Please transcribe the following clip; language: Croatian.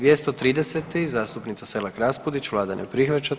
230. zastupnica Selak Raspudić, vlada ne prihvaća.